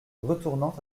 retournant